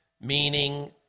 Meaning